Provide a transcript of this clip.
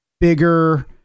bigger